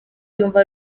yumva